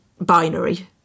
binary